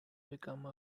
become